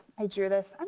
i drew this,